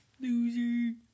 Loser